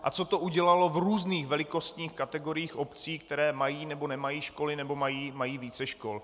A co to udělalo v různých velikostních kategoriích obcí, které mají nebo nemají školy nebo mají více škol.